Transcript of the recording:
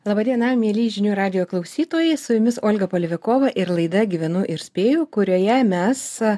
laba diena mieli žinių radijo klausytojai su jumis olga palivokova ir laida gyvenu ir spėju kurioje mes